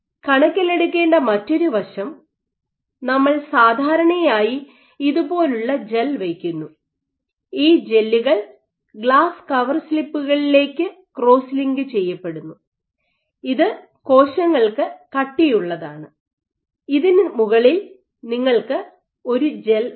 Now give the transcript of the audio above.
കണക്കിലെടുക്കേണ്ട മറ്റൊരു വശം നമ്മൾ സാധാരണയായി ഇതുപോലുള്ള ജെൽ വയ്ക്കുന്നു ഈ ജെല്ലുകൾ ഗ്ലാസ് കവർസ്ലിപ്പുകളിലേക്ക് ക്രോസ് ലിങ്ക് ചെയ്യപ്പെടുന്നു ഇത് കോശങ്ങൾക്ക് കട്ടിയുള്ളതാണ് ഇതിന് മുകളിൽ നിങ്ങൾക്ക് ഒരു ജെൽ ഉണ്ട്